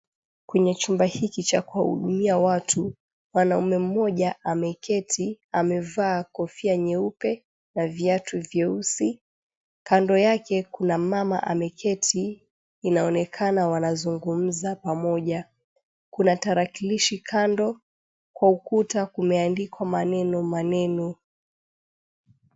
Kwenye chumba hiki cha kuwahudumia watu, mwanaume mmoja ameketi, amevaa kofia nyeupe na viatu vyeusi. Kando yake kuna mama ameketi inaonekana wanazungumza pamoja. Kuna tarakilishi kando. Kwa ukuta kumeandikwa maneno maneno.